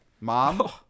mom